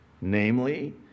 namely